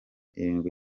irindwi